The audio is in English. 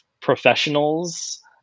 professionals